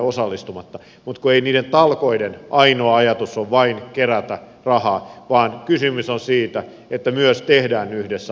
mutta ei niiden talkoiden ainoa ajatus ole vain kerätä rahaa vaan kysymys on siitä että myös tehdään yhdessä asioita